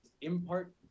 impart